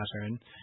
pattern